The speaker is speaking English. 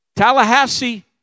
Tallahassee